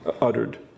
uttered